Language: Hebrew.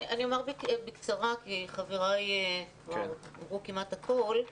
אני אומר בקצרה כי חברי אמרו כמעט הכל.